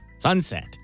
Sunset